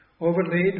overlaid